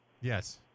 Yes